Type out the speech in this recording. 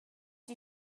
die